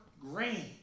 grain